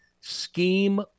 Scheme